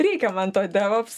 reikia man to devops